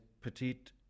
petite